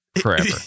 forever